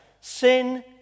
Sin